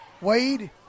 Wade